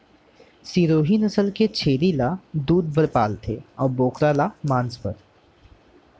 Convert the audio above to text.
सिरोही नसल के छेरी ल दूद बर पालथें अउ बोकरा ल मांस बर